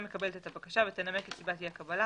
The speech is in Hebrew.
מקבלת את הבקשה ותנמק את סיבת אי הקבלה.